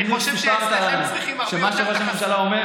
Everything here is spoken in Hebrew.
אני אומר שלא ראש הממשלה.